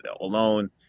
alone